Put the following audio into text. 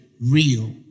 real